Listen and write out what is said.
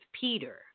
Peter